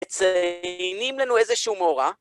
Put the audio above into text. מציינים לנו איזשהו מורה.